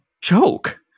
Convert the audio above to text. joke